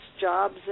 jobs